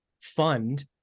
fund